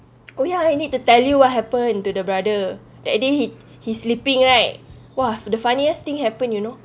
oh ya I need to tell you what happened to the brother that day he he sleeping right !wah! the funniest thing happen you know